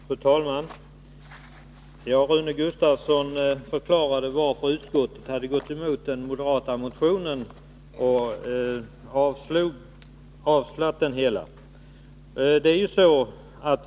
Fru talman! Rune Gustavsson förklarade varför utskottet hade gått emot den moderata motionen och avstyrkt den.